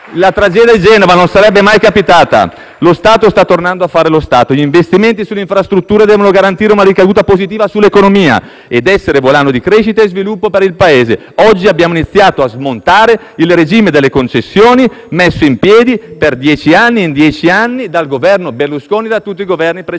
la tragedia di Genova non sarebbe mai capitata. Lo Stato sta tornando a fare lo Stato. Gli investimenti sulle infrastrutture devono garantire una ricaduta positiva sull'economia ed essere volano di crescita e sviluppo per il Paese. Oggi abbiamo iniziato a smontare il regime delle concessioni messo in piedi per dieci anni e in dieci anni dal Governo Berlusconi e da tutti i Governi precedenti.